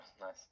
Nice